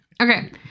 Okay